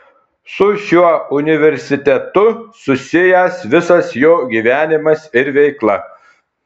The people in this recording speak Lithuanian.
su šiuo universitetu susijęs visas jo gyvenimas ir veikla